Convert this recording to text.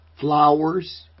flowers